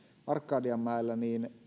arkadianmäellä